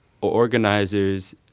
organizers